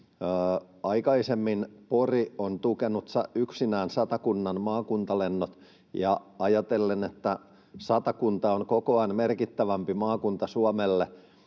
Aikaisemmin Pori on tukenut yksinään Satakunnan maakuntalentoja, ja kun ajatellaan, että Satakunta on kokoaan merkittävämpi maakunta Suomelle